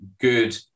good